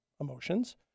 emotions